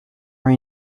are